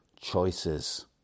choices